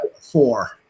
Four